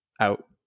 out